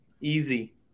Easy